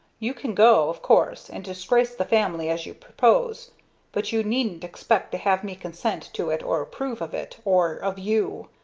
you can go, of course, and disgrace the family as you propose but you needn't expect to have me consent to it or approve of it or of you.